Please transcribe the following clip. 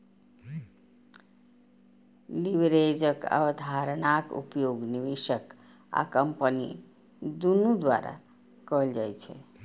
लीवरेजक अवधारणाक उपयोग निवेशक आ कंपनी दुनू द्वारा कैल जाइ छै